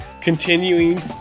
continuing